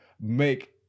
make